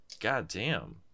goddamn